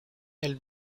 elle